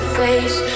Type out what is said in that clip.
face